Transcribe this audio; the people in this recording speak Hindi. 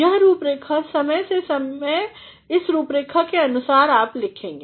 यह रूपरेखा समय से समय और इस रूपरेखा के अनुसार आप लिखेंगे